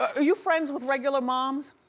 ah you friends with regular moms?